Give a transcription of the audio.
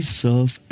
serve